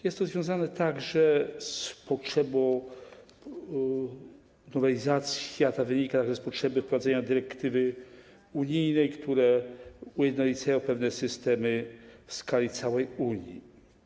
Jest to związane także z potrzebą nowelizacji, a ta wynika z potrzeby wprowadzenia dyrektywy unijnej, a te ujednolicają pewne systemy w skali całej Unii.